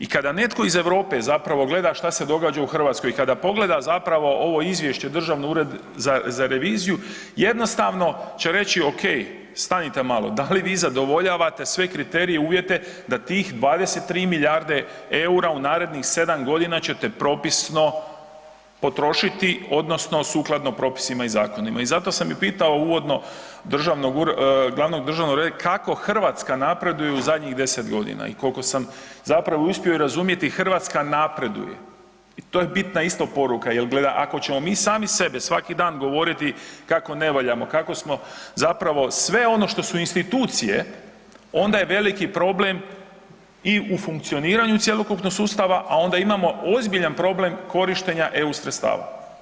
I kada netko iz Europe zapravo gleda šta se događa u Hrvatskoj i kada pogleda zapravo ovo izvješće Državnog ureda za reviziju, jednostavno će reći ok, stanite malo, da li vi zadovoljavate sve kriterije, uvjete da tih 23 milijarde eura u na rednih 7 g. ćete propisno potrošiti odnosno sukladno propisima i zakonima i zato sam i pitao uvodno glavnog državnog revizora, kako Hrvatska napreduje u zadnjih 10 g. i koliko sam zapravo uspio razumjeti, Hrvatska napreduje i to je bitna isto poruka jer ako ćemo mi sami sebi svaki dan govoriti kako ne valjamo, kako smo zapravo sve ono što su institucije, onda je veliki problem i u funkcioniranju cjelokupnog sustava a onda imamo ozbiljan problem korištenja EU sredstava.